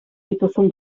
dituzun